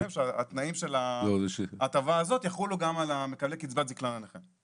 שהתנאים של ההטבה הזאת יחולו גם על מקבלי קצבת זקנה לנכה.